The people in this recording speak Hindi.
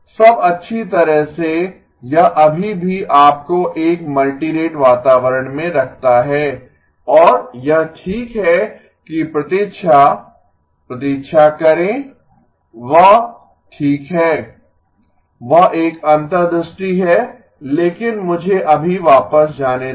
अब अच्छी तरह से यह अभी भी आपको एक मल्टीरेट वातावरण में रखता है और यह ठीक है कि प्रतीक्षा प्रतीक्षा करें वह ठीक है वह एक अंतर्दृष्टि है लेकिन मुझे अभी वापस जाने दें